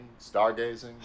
stargazing